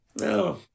No